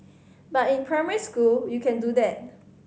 but in primary school you can do that